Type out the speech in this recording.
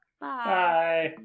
Bye